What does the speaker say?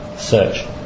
Search